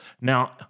Now